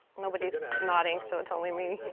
nobody is nodding. so it's only me.